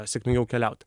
sėkmingiau keliauti